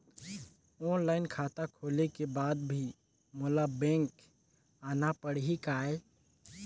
Online खाता खोले के बाद भी मोला बैंक आना पड़ही काय?